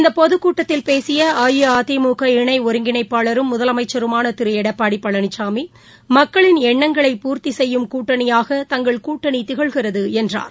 இந்தபொதுக்கூட்டத்தில் பேசியஅஇஅதிமுக இணைஒருங்கிணைப்பாளரும் முதலமைச்சருமானதிருளடப்பாடிபழனிசாமி மக்களின் எண்ணங்களை பூர்த்திசெய்யும் கூட்டணியாக தங்கள் கூட்டணிதிகழ்கிறதுஎன்றார்